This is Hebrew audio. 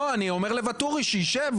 לא, אני אומר לואטורי שישב.